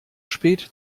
spät